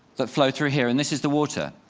that flow through here. and this is the water.